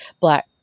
Black